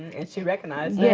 and she recognized yeah